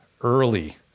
early